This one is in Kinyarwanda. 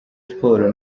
sports